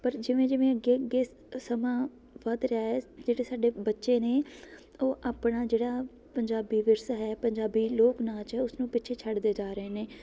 ਪਰ ਜਿਵੇਂ ਜਿਵੇਂ ਅੱਗੇ ਅੱਗੇ ਸ ਸਮਾਂ ਵੱਧ ਰਿਹਾ ਹੈ ਜਿਹੜੇ ਸਾਡੇ ਬੱਚੇ ਨੇ ਉਹ ਆਪਣਾ ਜਿਹੜਾ ਪੰਜਾਬੀ ਵਿਰਸਾ ਹੈ ਪੰਜਾਬੀ ਲੋਕ ਨਾਚ ਹੈ ਉਸ ਨੂੰ ਪਿੱਛੇ ਛੱਡਦੇ ਜਾ ਰਹੇ ਨੇ